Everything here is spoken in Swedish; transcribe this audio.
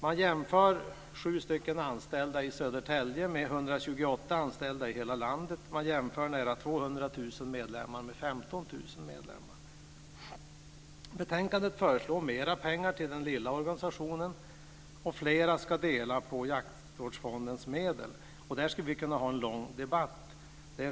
Man jämför 7 anställda i Södertälje med 128 anställda i hela landet liksom närmare 200 000 medlemmar med I betänkandet föreslås mer pengar till den lilla organisationen, och flera ska dela på jaktvårdsfondens medel. Där skulle vi kunna ha en lång debatt.